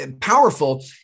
powerful